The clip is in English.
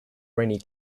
rainy